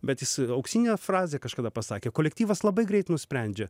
bet jis auksinę frazę kažkada pasakė kolektyvas labai greit nusprendžia